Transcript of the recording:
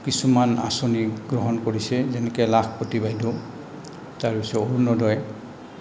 কিছুমান আঁচনি গ্ৰহণ কৰিছে যেনেকৈ বাইদেউ তাৰপিছত অৰুণোদয়